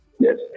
Yes